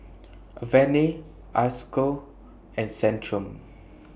Avene Isocal and Centrum